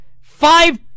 five